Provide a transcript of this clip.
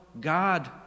God